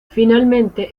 finalmente